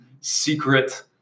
secret